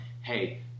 hey